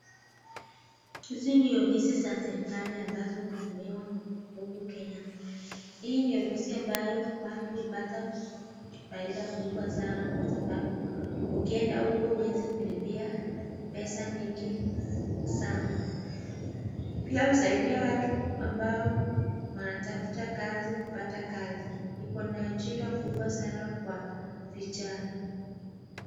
Hizi ni ofisi za serikali ambazo hutumiwa huku Kenya. Hii ni ofisi ambayo watu hupata faida kubwa sana kwa sababu ukienda huko huwezi kulipia pesa mingi sana. Pia huwasaidia watu ambao wanatafuta kazi kupata kazi. Iko na ajira kubwa sana kwa vijana.